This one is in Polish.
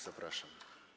Zapraszam.